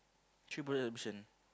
three production